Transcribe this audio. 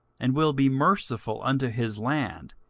and will be merciful unto his land,